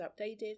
updated